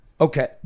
Okay